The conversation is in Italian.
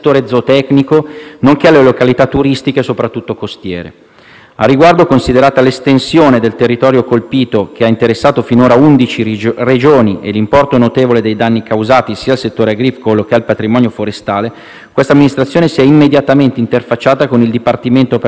A riguardo, considerata l'estensione del territorio colpito, che ha interessato finora 11 Regioni, e l'importo notevole dei danni causati sia al settore agricolo che al patrimonio forestale, questa Amministrazione si è immediatamente interfacciata con il Dipartimento per la protezione civile e con le Regioni e le Province autonome di Trento e Bolzano